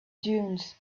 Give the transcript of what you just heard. dunes